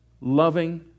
loving